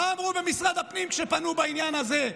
מה אמרו במשרד הפנים כשפנו בעניין הזה,